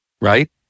right